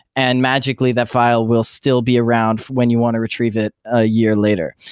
and magically that file will still be around when you want to retrieve it ah year later.